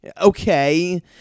okay